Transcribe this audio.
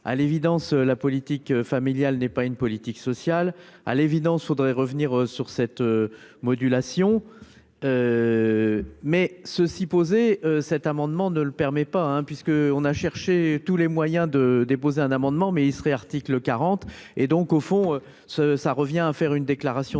à l'évidence, la politique familiale n'est pas une politique sociale à l'évidence, je voudrais revenir sur cette modulation, mais ceux-ci posé cet amendement ne le permet pas, hein, puisque on a cherché tous les moyens de déposer un amendement, mais il serait article 40 et donc au fond ce ça revient à faire une déclaration d'intention et